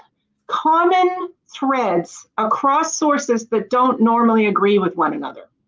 common threads across sources that don't normally agree with one another,